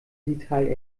detail